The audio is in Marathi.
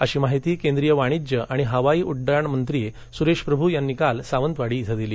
अशी माहिती केंद्रीय वाणिज्य आणि हवाई उड्डाण मंत्री सुरेश प्रभू यांनी काल सावंतवाडी इथं दिली